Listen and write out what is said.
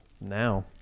Now